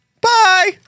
Bye